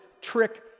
trick